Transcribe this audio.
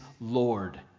Lord